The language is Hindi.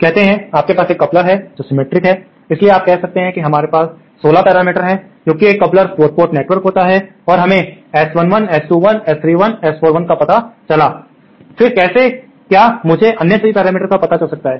कहते हैं कि आपके पास एक कपलर है जो सिमेट्रिक है इसलिए आप कह सकते हैं कि हमारे पास 16 पैरामीटर हैं क्योंकि एक कपलर 4 पोर्ट नेटवर्क है और हमें S11 S21 S31 और S41 का पता चला फिर कैसे क्या मुझे अन्य सभी पैरामीटर्स का पता चल सकता है